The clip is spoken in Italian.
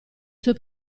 suoi